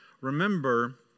remember